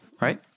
right